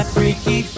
Freaky